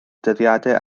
dyddiadau